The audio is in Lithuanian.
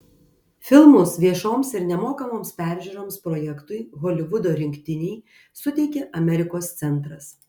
filmus viešoms ir nemokamoms peržiūroms projektui holivudo rinktiniai suteikė amerikos centras